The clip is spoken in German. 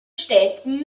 steffen